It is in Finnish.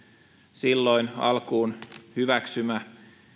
silloin alkuun hyväksymä